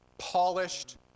Polished